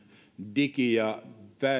digi ja